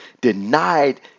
denied